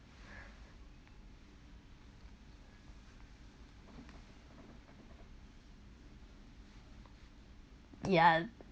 yeah